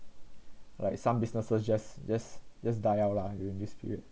like some businesses just just just die out lah during this period